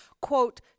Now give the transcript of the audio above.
quote